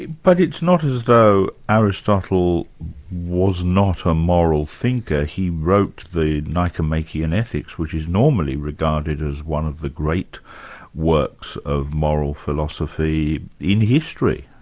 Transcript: but it's not as though aristotle was not a moral thinker. he wrote the nichomachean ethics, which is normally regarded as one of the great works of moral philosophy in history.